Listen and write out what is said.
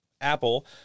Apple